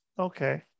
Okay